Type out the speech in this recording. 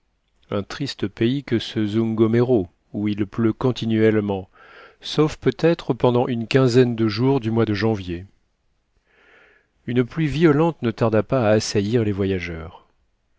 un triste pays que ce zungomero où il pleut continuellement sauf peut-être pendant une quinzaine de jours du mois de janvier une pluie violente ne tarda pas à assaillir les voyageurs